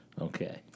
Okay